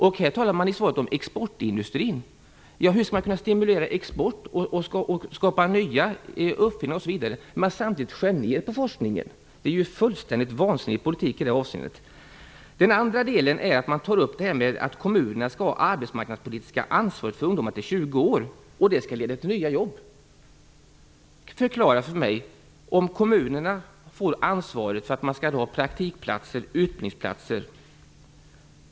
I svaret talas det om exportindustrin. Hur skall man kunna stimulera export, uppfinningar osv. när man skär ner på forskningen? Det är en fullständigt vansinnig politik. Man nämner också att kommunerna skall ha det arbetsmarknadspolitiska ansvaret för ungdomar till dess att de är 20 år. Det skall leda till nya jobb. På vilket sätt skapas nya jobb om kommunerna får ansvaret för att det skall finnas praktikplatser och utbildningsplatser?